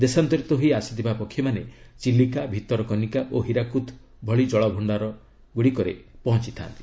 ଦେଶାନ୍ତରିତ ହୋଇ ଆସିଥିବା ପକ୍ଷୀମାନେ ଚିଲିକା ଭିତରକନିକା ଓ ହୀରାକୁଦ ଜଳଭଣ୍ଡାର ଭଳି ଜଳାଶୟଗୁଡ଼ିକରେ ପହଞ୍ଚ୍ଚଥା'ନ୍ତି